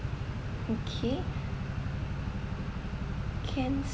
okay can